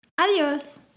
Adiós